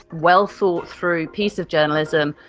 well thought through piece of journalism,